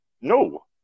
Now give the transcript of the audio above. No